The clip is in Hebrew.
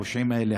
הפושעים האלה,